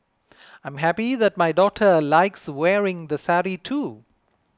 I am happy that my daughter likes wearing the sari too